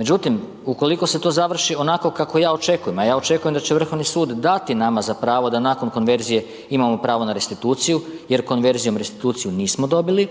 Međutim, ukoliko se to završi onako kako ja očekujem, a ja očekujem da će Vrhovni sud dati nama za pravo da nakon konverzije imamo pravo na restituciju jer konverzijom restituciju nismo dobili